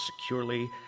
securely